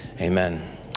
Amen